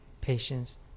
patience